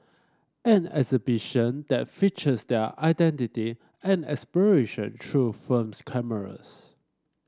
an exhibition that features their identity and aspiration through film cameras